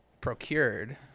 procured